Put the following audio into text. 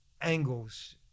angles